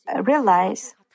realize